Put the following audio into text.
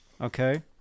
Okay